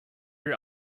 your